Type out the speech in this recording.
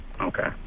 Okay